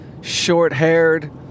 short-haired